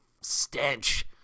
stench